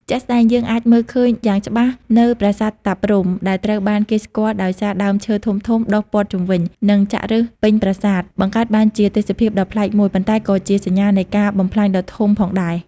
ជាក់ស្ដែង យើងអាចមើលឃើញយ៉ាងច្បាស់នៅប្រាសាទតាព្រហ្ម ដែលត្រូវបានគេស្គាល់ដោយសារដើមឈើធំៗដុះព័ទ្ធជុំវិញ និងចាក់ឬសពេញប្រាសាទ បង្កើតបានជាទេសភាពដ៏ប្លែកមួយ ប៉ុន្តែក៏ជាសញ្ញានៃការបំផ្លាញដ៏ធំផងដែរ។